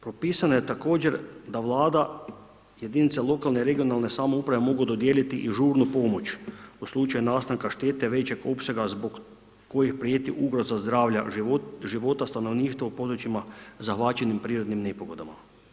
Propisano je također da Vlada jedinice lokalne i regionalne samouprave mogu dodijeliti i žurno pomoći u slučaju nastanka štete većeg opsega zbog kojih prijeti ugroza zdravlja života stanovništva u područjima zahvaćenim prirodnim nepogodama.